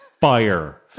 fire